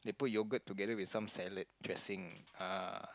they put yogurt together with some salad dressing ah